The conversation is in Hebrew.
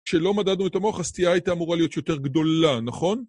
כשלא מדדנו את המוח הסטייה הייתה אמורה להיות יותר גדולה, נכון?